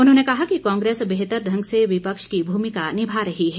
उन्होंने कहा कि कांग्रेस बेहतर ढंग से विपक्ष की भूमिका निभा रही है